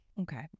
Okay